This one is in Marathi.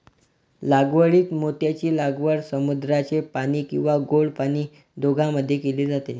लागवडीत मोत्यांची लागवड समुद्राचे पाणी किंवा गोड पाणी दोघांमध्ये केली जाते